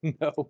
No